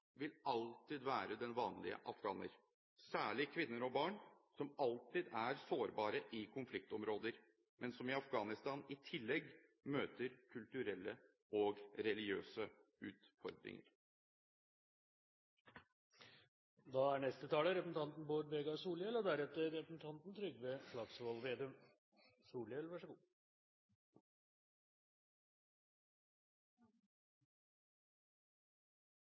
vil kunne eskalere problemet. Den tapende part vil alltid være den vanlige afghaner, særlig kvinner og barn, som alltid er sårbare i konfliktområder, men som i Afghanistan i tillegg møter kulturelle og religiøse utfordringer. Først vil eg takke utanriksministeren for ei god og